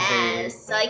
Yes